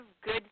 good